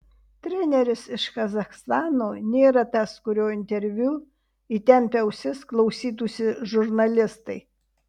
treneris iš kazachstano nėra tas kurio interviu įtempę ausis klausytųsi žurnalistai